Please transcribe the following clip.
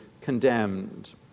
condemned